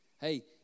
Hey